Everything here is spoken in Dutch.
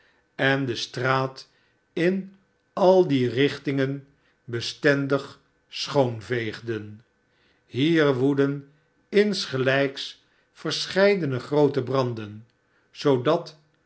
en de straat in al die richtingen bestendig schoonveegden hier woedden insgelijks verscheidene groote branden zoodat